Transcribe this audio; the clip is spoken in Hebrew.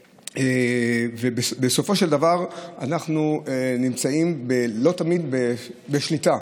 בסופו של דבר אנחנו לא תמיד נמצאים בשליטה